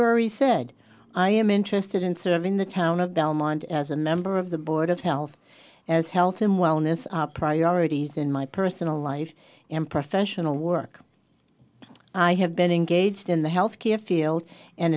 fiore said i am interested in serving the town of belmont as a member of the board of health as health and wellness priorities in my personal life and professional work i have been engaged in the health care field and